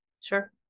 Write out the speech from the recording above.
Sure